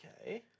Okay